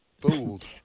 fooled